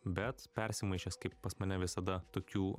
bet persimaišęs kaip pas mane visada tokių